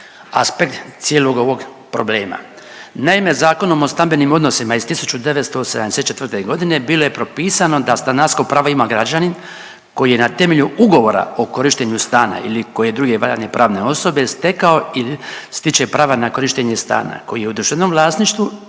aspekt cijelog ovog problema. Naime, Zakonom o stambenim odnosima iz 1974.g. bilo je propisano da stanarsko pravo ima građanin koji je na temelju ugovora o korištenju stana ili koje druge valjane pravne osobe stekao ili stiče prava na korištenje stana koji je u državnom vlasništvu